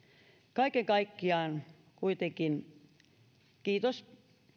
kaiken kaikkiaan kuitenkin kiitos